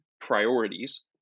priorities